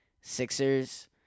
Sixers